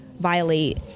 Violate